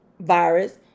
virus